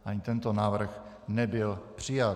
Ani tento návrh nebyl přijat.